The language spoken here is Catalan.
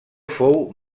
fou